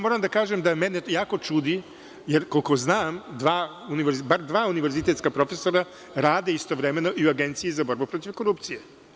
Moram da kažem da me jako čudi, jer koliko znam bar dva univerzitetska profesora rade istovremeno i u Agenciji za borbu protiv korupcije.